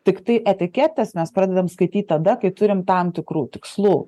tiktai etiketes mes pradedam skaityti tada kai turim tam tikrų tikslų